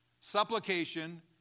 supplication